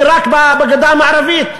היא רק בגדה המערבית.